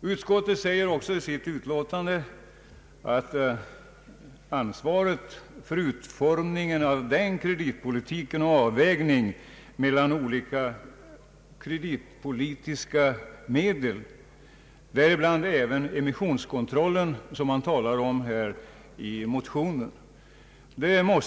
Bankoutskottet säger också i sitt utlåtande att ansvaret för utformningen av kreditpolitiken och avvägningen mellan olika kreditpolitiska medel, däribland även emissionskontrollen, som man talar om i motionerna,